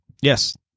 Yes